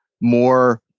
more